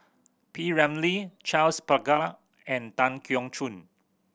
P Ramlee Charles Paglar and Tan Keong Choon